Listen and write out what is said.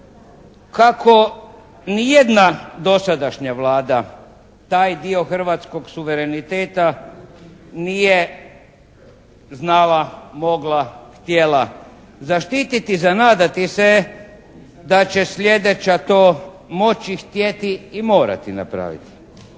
Kako niti jedna dosadašnja Vlada taj dio hrvatskog suvereniteta nije znala, mogla, htjela zaštiti …/Govornik se ne razumije./… da će sljedeća to moći, htjeti i morati napraviti.